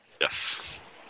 Yes